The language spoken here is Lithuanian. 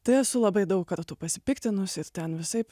tai esu labai daug kartų pasipiktinus ir ten visaip